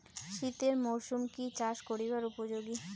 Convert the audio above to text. শীতের মরসুম কি চাষ করিবার উপযোগী?